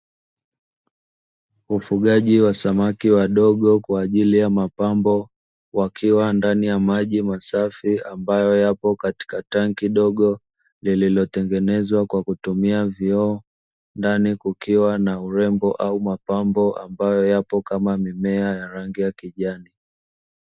Ufugaji wa samaki wadogo kwa ajili ya mapambo wakiwa ndani ya maji masafi, ambayo yapo katika tangi dogo lililotengenezwa kwa kutumia vioo, ndani kukiwa na urembo au mapambo ambayo yapo kama mimea ya rangi ya kijani.